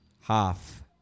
half